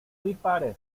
dispares